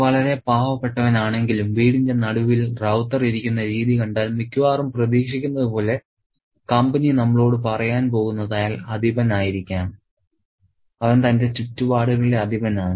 അവൻ വളരെ പാവപ്പെട്ടവനാണെങ്കിലും വീടിന്റെ നടുവിൽ റൌത്തർ ഇരിക്കുന്ന രീതി കണ്ടാൽ മിക്കവാറും പ്രതീക്ഷിക്കുന്നത് പോലെ കമ്പനി നമ്മളോട് പറയാൻ പോകുന്നത് അയാൾ അധിപനായിരിക്കാം അവൻ തന്റെ ചുറ്റുപാടുകളുടെ അധിപനാണ്